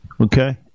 Okay